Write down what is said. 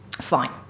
Fine